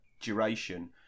duration